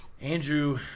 Andrew